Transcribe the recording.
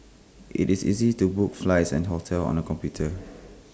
IT is easy to book flights and hotels on the computer